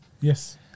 Yes